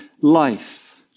life